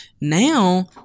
Now